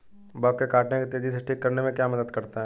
Bug के काटने को तेजी से ठीक करने में क्या मदद करता है?